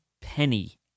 penny